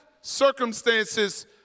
circumstances